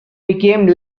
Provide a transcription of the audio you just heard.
became